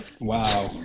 Wow